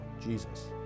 Jesus